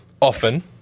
often